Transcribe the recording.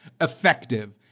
effective